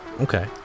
Okay